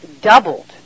doubled